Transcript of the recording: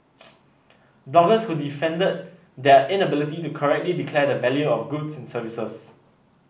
bloggers who defended their inability to correctly declare the value of goods and services